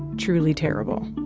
truly terrible.